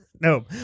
No